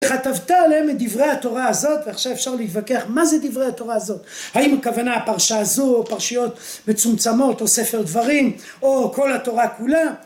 וכתבת עליהם את דברי התורה הזאת, ועכשיו אפשר להתווכח מה זה דברי התורה הזאת. האם הכוונה, הפרשה הזו או, פרשיות מצומצמות, או ספר דברים, או כל התורה כולה.